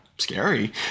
scary